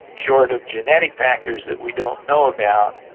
short of genetic factors that we don't know about,